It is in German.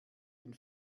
den